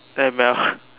M_L